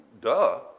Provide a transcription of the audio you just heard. duh